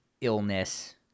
illness